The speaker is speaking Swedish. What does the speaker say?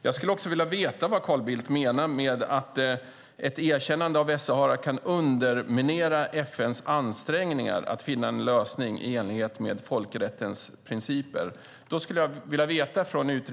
Jag skulle också vilja veta vad Carl Bildt menar med att ett erkännande av Västsahara skulle kunna underminera FN:s ansträngningar att finna en lösning i enlighet med folkrättens principer.